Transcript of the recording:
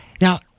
Now